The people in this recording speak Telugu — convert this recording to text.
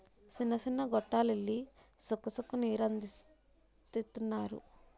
సిన్న సిన్న గొట్టాల్లెల్లి సుక్క సుక్క నీరందిత్తన్నారు